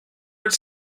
its